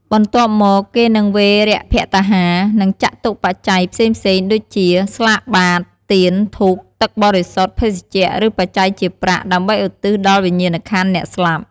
បន្ទាប់មក គេនឹង វេរភត្តាហារ និងចតុប្បច្ច័យ ផ្សេងៗដូចជា ស្លាកបាត្រ ទៀន ធូប ទឹកបរិសុទ្ធ ភេសជ្ជៈ ឬ បច្ច័យជាប្រាក់ ដើម្បីឧទ្ទិសដល់វិញ្ញាណក្ខន្ធអ្នកស្លាប់។